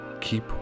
Keep